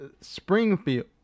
Springfield